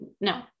No